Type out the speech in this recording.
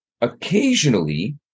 Occasionally